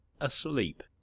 asleep